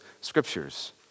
scriptures